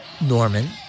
Norman